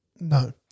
no